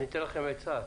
אני מציע,